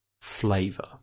flavor